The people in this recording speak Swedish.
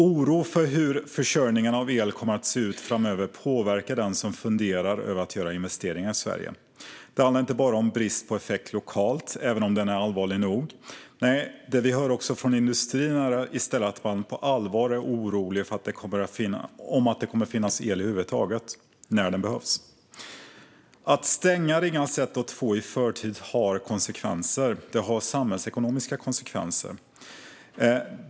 Oro för hur försörjningen av el kommer att se ut framöver påverkar den som funderar över att göra investeringar i Sverige. Det handlar inte bara om brist på effekt lokalt, även om den är allvarlig nog. Det vi hör från industrin är att man på allvar är orolig för om det kommer att finnas el över huvud taget när den behövs. Att stänga Ringhals 1 och 2 i förtid har samhällsekonomiska konsekvenser.